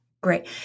Great